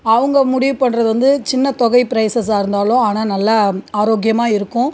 அவங்க முடிவு பண்ணுறது வந்து சின்ன தொகை பிரைஸஸாக இருந்தாலும் ஆனால் நல்லா ஆரோக்கியமாக இருக்கும்